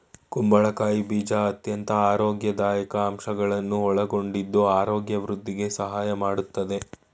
ಕುಂಬಳಕಾಯಿ ಬೀಜ ಅತ್ಯಂತ ಆರೋಗ್ಯದಾಯಕ ಅಂಶಗಳನ್ನು ಒಳಗೊಂಡಿದ್ದು ಆರೋಗ್ಯ ವೃದ್ಧಿಗೆ ಸಹಾಯ ಮಾಡತ್ತದೆ